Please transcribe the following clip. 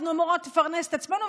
אנחנו אמורות לפרנס את עצמנו,